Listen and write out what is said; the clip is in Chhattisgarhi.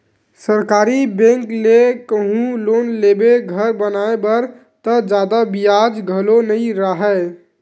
सरकारी बेंक ले कहूँ लोन लेबे घर बनाए बर त जादा बियाज घलो नइ राहय